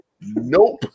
Nope